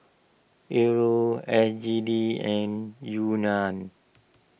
Euro S G D and Yuan